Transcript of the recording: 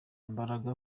imbaraga